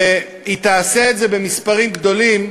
והיא תעשה את זה במספרים גדולים,